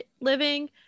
living